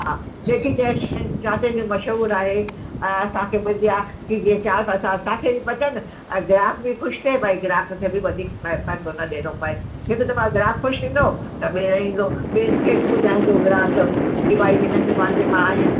हा जेकी शइ जिते जी मशहूरु आहे ऐं असांखे मिलंदी आहे की जीअं चार पैसा असांखे बि बचनि ऐं ग्राहक बि ख़ुशि थिए भई ग्राहक खे बि वधीक म पैसो न ॾियणो पए हिकु दफ़ा ग्राहक ख़ुशि थींदो त ॿीहर ईंदो ॿियनि खे बि ॿुधाईंदो ग्राहक की भई हिन दुकान ते मां आहियां